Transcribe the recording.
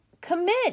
commit